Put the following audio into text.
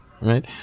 right